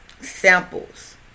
samples